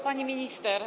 Pani Minister!